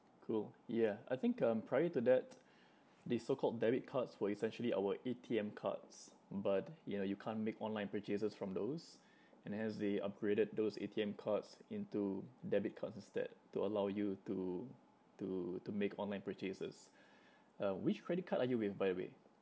cool yeah I think um prior to that the so called debit cards were essentially our A_T_M cards but you know you can't make online purchases from those and hence they upgraded those A_T_M cards into debit cards instead to allow you to to to make online purchases uh which credit card are you with by the way